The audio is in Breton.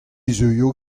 zeuio